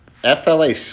FLA